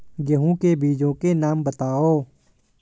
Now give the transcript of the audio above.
गेहूँ के बीजों के नाम बताओ?